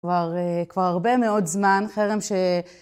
כבר כבר הרבה מאוד זמן, חרם ש...